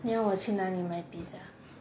你要我去哪里买 pizza